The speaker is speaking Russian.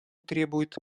требует